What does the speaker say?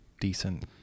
decent